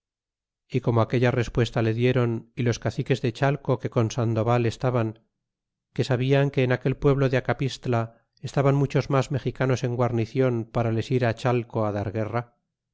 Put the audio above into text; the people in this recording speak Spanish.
y como aquella respuesta le dieron y los caciques de chale que con sandoval estaban que sabian que en aquel pueblo de a capistla estaban muchos mas mexicanos en guarnicion para les ir chalco dar guerra